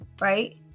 right